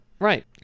Right